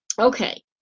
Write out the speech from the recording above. Okay